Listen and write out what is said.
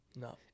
No